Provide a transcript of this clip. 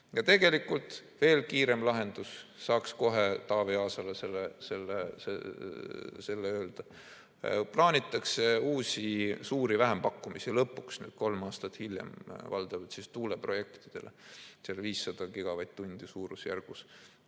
Ja tegelikult on veel kiirem lahendus, saaks kohe Taavi Aasale selle öelda: plaanitakse uusi suuri vähempakkumisi, lõpuks, nüüd, kolm aastat hiljem, valdavalt siis tuuleprojektidele, suurusjärgus